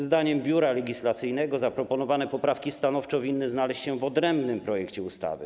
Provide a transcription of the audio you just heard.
Zdaniem Biura Legislacyjnego zaproponowane poprawki stanowczo winny znaleźć się w odrębnym projekcie ustawy.